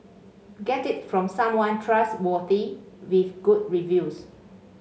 get it from someone trustworthy with good reviews